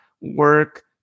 work